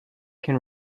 can